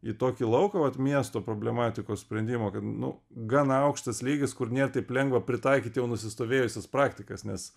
į tokį lauką vat miesto problematikos sprendimo kad nu gan aukštas lygis kur nėr taip lengva pritaikyt jau nusistovėjusias praktikas nes